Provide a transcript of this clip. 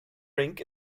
rink